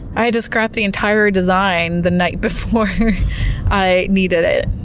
i had to scrap the entire design the night before i needed it.